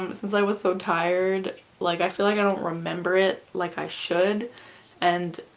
um since i was so tired like i feel like i don't remember it like i should and